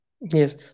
Yes